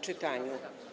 czytaniu.